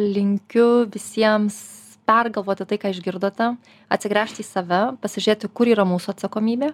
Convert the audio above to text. linkiu visiems pergalvoti tai ką išgirdote atsigręžti į save pasižiūrėti kur yra mūsų atsakomybė